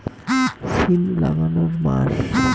সিম লাগানোর মাস?